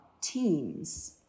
teams